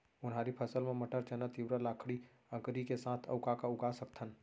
उनहारी फसल मा मटर, चना, तिंवरा, लाखड़ी, अंकरी के साथ अऊ का का उगा सकथन?